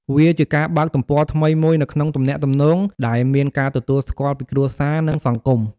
វាជាការបើកទំព័រថ្មីមួយនៅក្នុងទំនាក់ទំនង ដែលមានការទទួលស្គាល់ពីគ្រួសារ និងសង្គម។